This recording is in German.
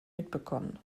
mitbekommen